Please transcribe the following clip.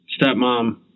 stepmom